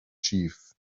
chief